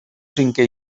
cinquè